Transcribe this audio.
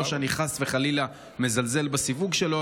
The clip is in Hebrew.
לא שאני חס וחלילה מזלזל בסיווג שלו,